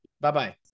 Bye-bye